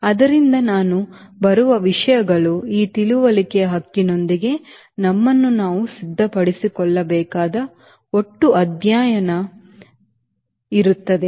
ಆದ್ದರಿಂದ ನಾವು ಬರುವ ವಿಷಯಗಳು ಈ ತಿಳುವಳಿಕೆಯ ಹಕ್ಕಿನೊಂದಿಗೆ ನಮ್ಮನ್ನು ನಾವು ಸಿದ್ಧಪಡಿಸಿಕೊಳ್ಳಬೇಕಾದ ಒಟ್ಟು ಅಧ್ಯಯನ ಅಧ್ಯಯನ ಇರುತ್ತದೆ